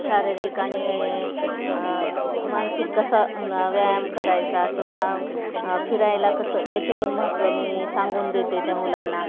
शारीरिक आणि मानसिक कसा व्यायाम करायचा किंवा फिरायला कसं हेचे पण महत्त्व मी सांगून देते त्या मुलांना